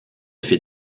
fait